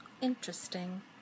Interesting